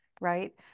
right